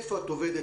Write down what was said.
איפה את עובדת,